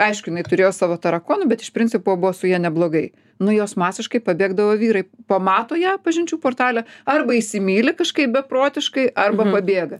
aišku jinai turėjo savo tarakonų bet iš principo buvo su ja neblogai nuo jos masiškai pabėgdavo vyrai pamato ją pažinčių portale arba įsimyli kažkaip beprotiškai arba pabėga